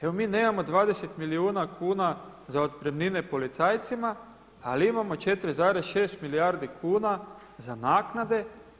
Evo mi nemamo 20 milijuna kuna za otpremnine policajcima, ali imamo 4,6 milijardi kuna za naknade.